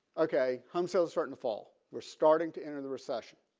okay. home sales starting to fall. we're starting to enter the recession